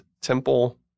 temple